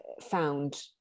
found